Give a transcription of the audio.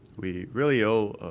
we really owe